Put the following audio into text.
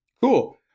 cool